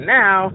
now